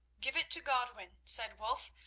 give it to godwin, said wulf.